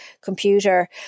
computer